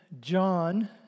John